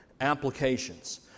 applications